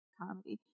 comedy